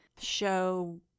show